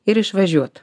ir išvažiuoti